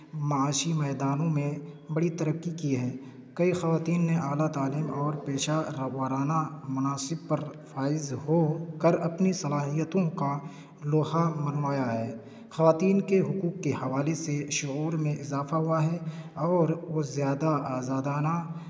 معاشی میدانوں میں بڑی ترقی کی ہے کئی خواتین نے اعلیٰ تعلیم اور پیشہ ورانہ مناصب پر فائز ہو کر اپنی صلاحیتوں کا لوہا منوایا ہے خواتین کے حقوق کے حوالے سے شعور میں اضافہ ہوا ہے اور وہ زیادہ آزادانہ